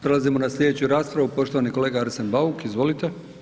Prelazimo na slijedeću raspravu, poštovani kolega Arsen Bauk, izvolite.